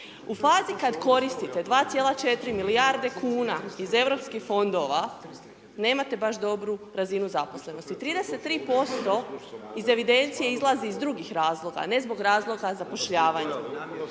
U fazi kad koristite 2,4 milijarde kuna iz europskih fondova, nemate baš dobru razinu zaposlenosti. 33% iz evidencije izlazi iz drugih razloga, a ne zbog razloga zapošljavanja.